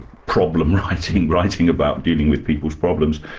ah problem-righting, writing about dealing with people's problems,